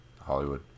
hollywood